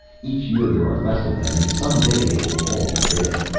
each year there are less of them, and some day they will all be dead.